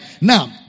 now